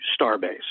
Starbase